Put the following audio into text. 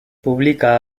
publica